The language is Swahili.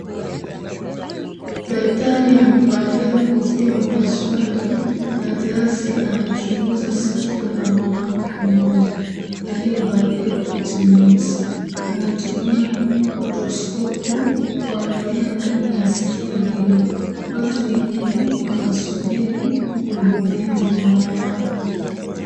Daktari amevalia kofia ya upasuaji na glasi anachunguza sikio la mwanamke mmoja aliyevalia koti nyeusi. Anatumia otoskopu kuangalia ndani ya sikio hilo. Watu wengine wanasubiri kuhudumiwa nyuma yao.